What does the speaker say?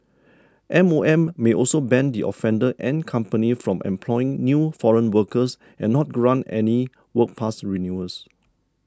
M O M may also ban the offender and company from employing new foreign workers and not grant any work pass renewals